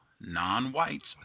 non-whites